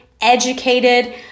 educated